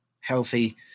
healthy